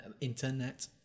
internet